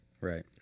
Right